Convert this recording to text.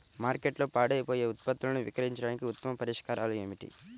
మార్కెట్లో పాడైపోయే ఉత్పత్తులను విక్రయించడానికి ఉత్తమ పరిష్కారాలు ఏమిటి?